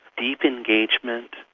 deep engagement,